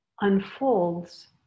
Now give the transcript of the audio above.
unfolds